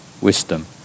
wisdom